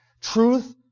Truth